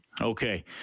Okay